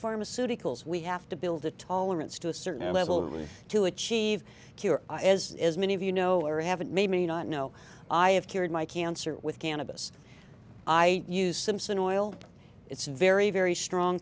pharmaceuticals we have to build a tolerance to a certain level to achieve cure as many of you know or have it made me not know i have cured my cancer with cannabis i use simson oil its very very strong